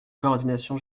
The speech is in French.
coordination